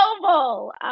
Global